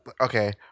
okay